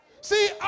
See